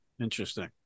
Interesting